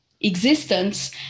existence